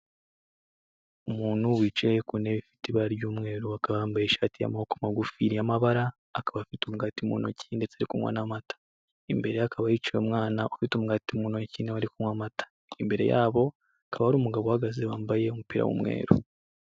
Umuntu wicaye ku ntebe ifite ibara ry'umweru, akaba yambaye ishati y'amaboko magufiri y'amabara, akaba afite umugati mu ntoki ndetse ari kunywa n'amata, imbere ye hakaba hiciye umwana ufite umugati mu ntoki nawe ari kunywa amata, imbere yabo hakaba hari umugabo uhagaze wambaye umupira w'umweru.